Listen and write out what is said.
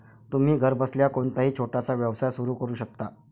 तुम्ही घरबसल्या कोणताही छोटासा व्यवसाय सुरू करू शकता